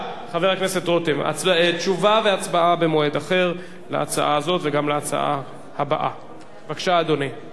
חבר הכנסת שכיב שנאן הודיע שהצביע בעד ההצעה ולא הספיק